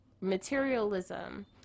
Materialism